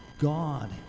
God